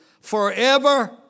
forever